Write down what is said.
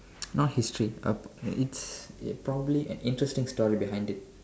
not history a it's it probably an interesting story behind it